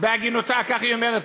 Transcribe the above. כך היא אומרת,